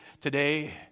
today